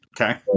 Okay